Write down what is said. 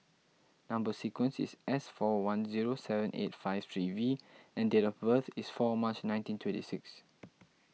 Number Sequence is S four one zero seven eight five three V and date of birth is four March nineteen twenty six